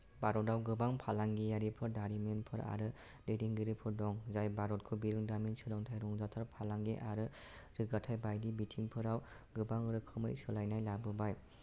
भारताव गोबां फालांगियारिफोर दारिमिनफोर आरो दैदेनगिरिफोर दं जाय भारतखौ बिरोंदामिन सोलोंथाइ रंजाथाइ फालांगि आरो रोगाथाय बायदि बिथिंफोराव गोबां रोखोमै सोलायनाय लाबोबाय